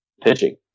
pitching